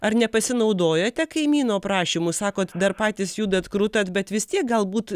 ar nepasinaudojote kaimyno prašymu sakot dar patys judat krutat bet vis tiek galbūt